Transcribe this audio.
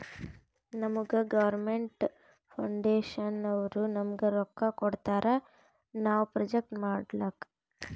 ನಮುಗಾ ಗೌರ್ಮೇಂಟ್ ಫೌಂಡೇಶನ್ನವ್ರು ನಮ್ಗ್ ರೊಕ್ಕಾ ಕೊಡ್ತಾರ ನಾವ್ ಪ್ರೊಜೆಕ್ಟ್ ಮಾಡ್ಲಕ್